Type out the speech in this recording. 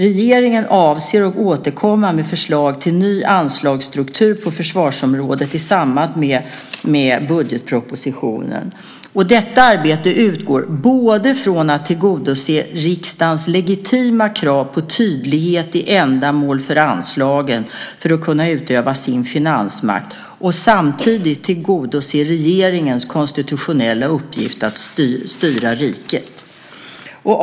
Regeringen avser att återkomma med förslag till ny anslagsstruktur på försvarsområdet i samband med budgetpropositionen. Detta arbete utgår från att både tillgodose riksdagens legitima krav på tydlighet i ändamål för anslagen för att kunna utöva sin finansmakt och samtidigt tillgodose regeringens konstitutionella uppgift att styra riket.